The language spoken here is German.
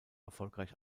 erfolgreich